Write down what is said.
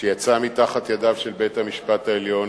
שיצאה מתחת ידיו של בית-המשפט העליון,